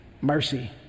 mercy